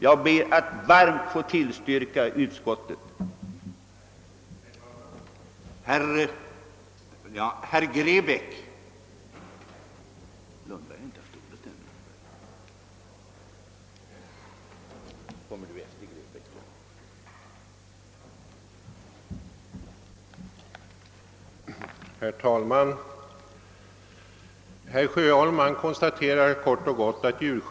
Jag ber att varmt få yrka bifall till utskottets förslag.